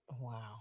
Wow